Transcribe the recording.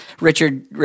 Richard